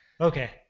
Okay